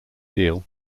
deal